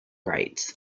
rights